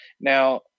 Now